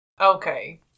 Okay